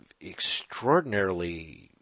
extraordinarily